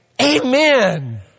Amen